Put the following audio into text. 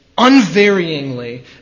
unvaryingly